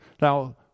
now